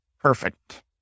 perfect